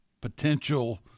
potential